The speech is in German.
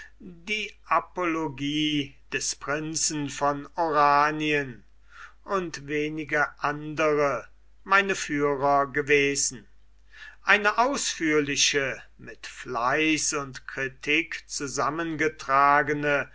die apologie des prinzen von oranien und wenige andere meine führer gewesen eine ausführliche mit fleiß und kritik zusammengetragene